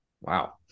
Wow